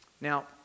Now